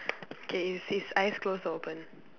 k its its eyes close or open